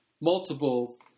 multiple